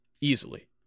easily